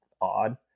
odd